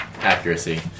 accuracy